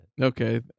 Okay